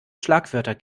schlagwörter